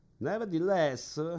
Nevertheless